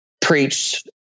preached